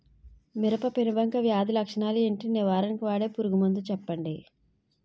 మిరప పెనుబంక వ్యాధి లక్షణాలు ఏంటి? నివారణకు వాడే పురుగు మందు చెప్పండీ?